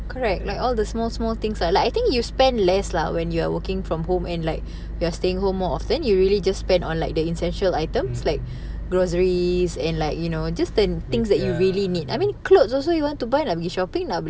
mmhmm